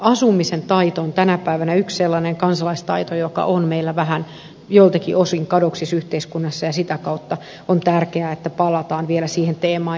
asumisen taito on tänä päivänä yksi sellainen kansalaistaito joka on meillä vähän joiltakin osin kadoksissa yhteiskunnassa ja sitä kautta on tärkeää että palataan vielä siihen teemaan